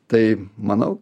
tai manau